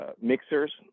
mixers